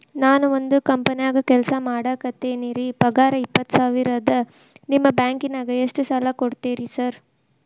ನಾನ ಒಂದ್ ಕಂಪನ್ಯಾಗ ಕೆಲ್ಸ ಮಾಡಾಕತೇನಿರಿ ಪಗಾರ ಇಪ್ಪತ್ತ ಸಾವಿರ ಅದಾ ನಿಮ್ಮ ಬ್ಯಾಂಕಿನಾಗ ಎಷ್ಟ ಸಾಲ ಕೊಡ್ತೇರಿ ಸಾರ್?